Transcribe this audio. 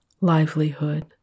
livelihood